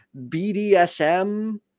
BDSM